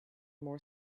more